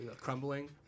crumbling